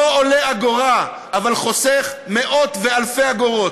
לא עולה אגורה, אבל חוסך מאות ואלפי אגורות.